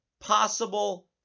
possible